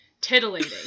titillating